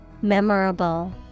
Memorable